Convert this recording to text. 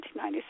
1997